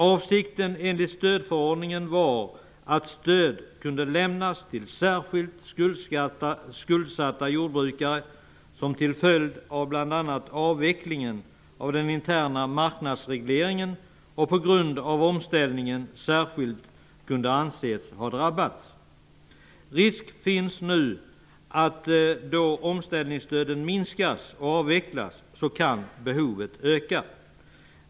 Avsikten enligt stödförordningen var att stöd kunde lämnas till särskilt skuldsatta jordbrukare, som till följd av bl.a. avvecklingen av den interna marknadsregleringen och på grund av omställningen särskilt kunde anses ha drabbats. Risk finns att behovet ökar, då omställningsstöden minskas och avvecklas.